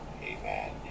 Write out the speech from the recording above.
amen